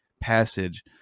passage